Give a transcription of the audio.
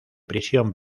prisión